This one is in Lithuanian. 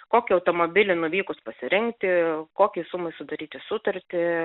kokį automobilį nuvykus pasirinkti kokiai sumai sudaryti sutartį